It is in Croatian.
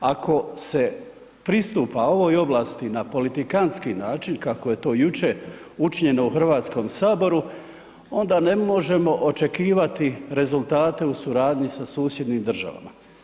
Ako se pristupa ovoj oblasti na politikantski način, kako je to juče učinjeno u HS, onda ne možemo očekivati rezultate u suradnji sa susjednim državama.